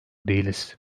değiliz